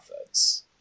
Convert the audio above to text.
methods